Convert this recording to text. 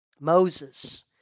Moses